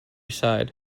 side